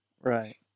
Right